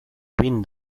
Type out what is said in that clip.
ruines